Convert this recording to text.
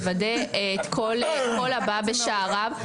מוודא את כל הבא בשעריו.